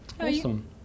Awesome